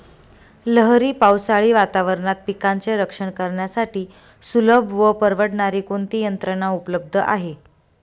लहरी पावसाळी वातावरणात पिकांचे रक्षण करण्यासाठी सुलभ व परवडणारी कोणती यंत्रणा उपलब्ध आहे?